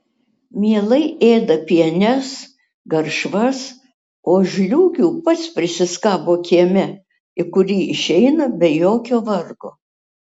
mielai ėda pienes garšvas o žliūgių pats prisiskabo kieme į kurį išeina be jokio vargo